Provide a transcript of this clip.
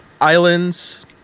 islands